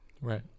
Right